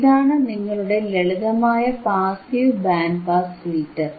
ഇതാണ് നിങ്ങളുടെ ലളിതമായ പാസീവ് ബാൻഡ് പാസ് ഫിൽറ്റർ